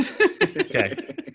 Okay